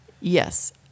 yes